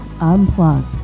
unplugged